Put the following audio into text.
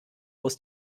aus